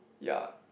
ya